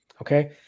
Okay